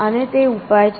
અને તે ઉપાય છે